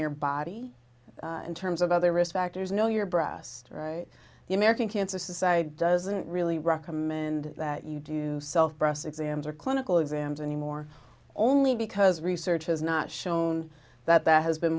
your body in terms of other risk factors know your breast right the american cancer society doesn't really recommend that you do self breast exams or clinical exams anymore only because research has not shown that that has been